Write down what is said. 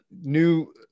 new